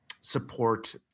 support